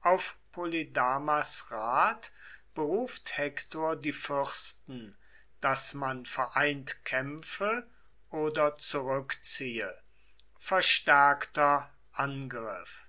auf polydamas rat beruft hektor die fürsten daß man vereint kämpfe oder zurückziehe verstärkter angriff